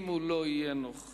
אם הוא לא יהיה נוכח,